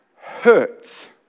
hurts